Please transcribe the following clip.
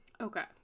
Okay